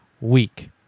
week